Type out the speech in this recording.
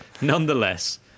Nonetheless